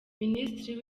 minisitiri